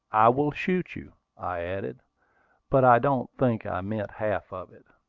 i will shoot you! i added but i don't think i meant half of it.